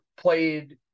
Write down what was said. played